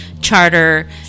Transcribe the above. charter